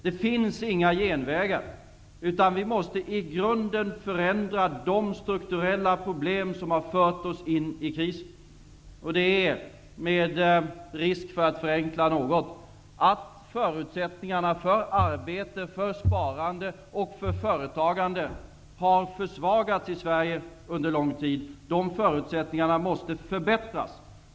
Det finns inga genvägar, utan vi måste i grunden förändra den struktur som har gett oss problem och som har fört oss in i krisen. Jag hävdar, med risk för att förenkla något, att förutsättningarna för arbete, för sparande och för företagande har försvagats i Sverige under lång tid. De förutsättningarna måste förbättras.